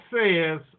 says